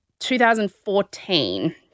2014